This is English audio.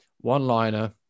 one-liner